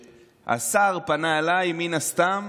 כשהשר פנה אליי, מן הסתם